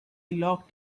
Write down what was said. locked